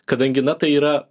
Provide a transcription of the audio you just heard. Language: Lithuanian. kadangi na tai yra